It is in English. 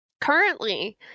currently